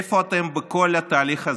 איפה אתם בכל התהליך הזה?